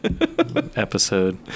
episode